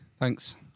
Thanks